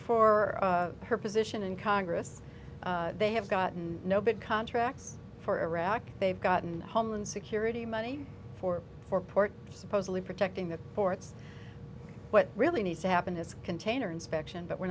for her position in congress they have gotten no bid contracts for iraq they've gotten the homeland security money for four port supposedly protecting the ports what really needs to happen is container inspection but we're